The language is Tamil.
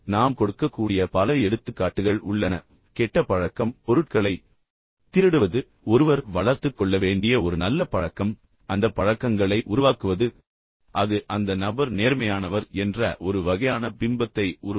நாம் கொடுக்கக்கூடிய பல எடுத்துக்காட்டுகள் உள்ளன எனவே கெட்ட பழக்கம் இன்னும் ஒரு விஷயம் என்னவென்றால் பொருட்களைத் திருடுவது ஆனால் ஒருவர் வளர்த்துக் கொள்ள வேண்டிய ஒரு நல்ல பழக்கம் அந்த பழக்கங்களை உருவாக்குவது அது அந்த நபர் நேர்மையானவர் மற்றும் நம்பத் தகுதியானவர் என்ற ஒரு வகையான பிம்பத்தை உருவாக்கும்